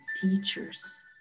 teachers